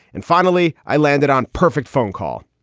and finally i landed on perfect phone call.